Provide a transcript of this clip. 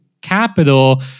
capital